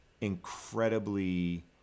incredibly